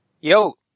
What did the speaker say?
Yo